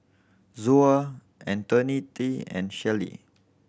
Zoa Antoinette and Shelley